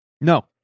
No